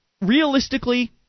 realistically